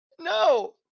no